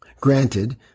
Granted